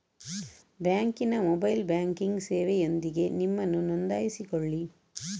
ಬ್ಯಾಂಕಿನ mobile banking ಸೇವೆಯೊಂದಿಗೆ ನಿಮ್ಮನ್ನು ನೋಂದಾಯಿಸಿಕೊಳ್ಳಿ